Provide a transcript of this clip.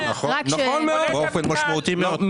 באופן משמעותי מאוד.